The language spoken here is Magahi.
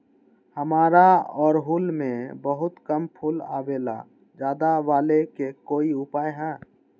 हमारा ओरहुल में बहुत कम फूल आवेला ज्यादा वाले के कोइ उपाय हैं?